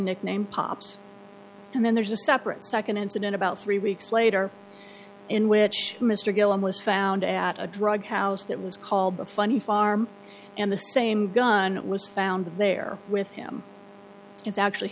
nickname pops and then there's a separate second incident about three weeks later in which mr guillen was found at a drug house that was called the funny farm and the same gun was found there with him was actually